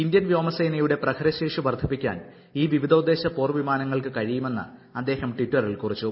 Indian വ്യോമസേനയുടെ പ്രഹരശേഷി വർദ്ധിപ്പിക്കാൻ ഈ വിവിധോദ്ദേശ പോർവിമാനങ്ങൾക്ക് കഴിയുമെന്ന് അദ്ദേഹം ടിറ്ററിൽ കുറിച്ചു